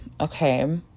okay